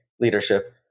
leadership